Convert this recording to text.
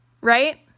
Right